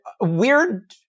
weird